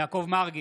יעקב מרגי,